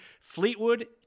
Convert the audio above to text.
Fleetwood